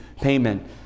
payment